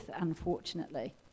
unfortunately